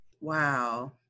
Wow